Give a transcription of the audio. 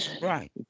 Right